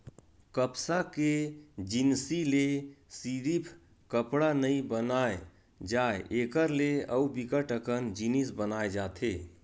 कपसा के जिनसि ले सिरिफ कपड़ा नइ बनाए जाए एकर से अउ बिकट अकन जिनिस बनाए जाथे